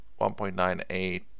1.98